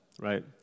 right